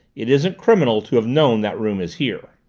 it isn't criminal to have known that room is here.